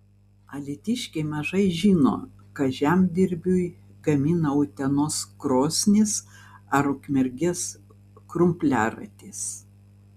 alytiškiai mažai žino ką žemdirbiui gamina utenos krosnys ar ukmergės krumpliaratis